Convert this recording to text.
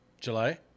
July